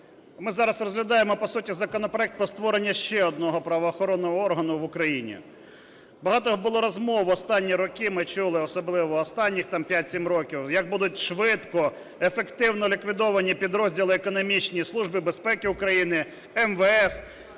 ми зараз розглядаємо по суті законопроект про створення ще одного правоохоронного органу в Україні. Багато було розмов останні роки, ми чули, особливо останніх там 5-7 років, як будуть швидко, ефективно ліквідовані підрозділи економічні Служби безпеки України, МВС